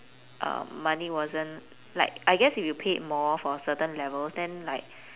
um money wasn't like I guess if you paid more for certain levels then like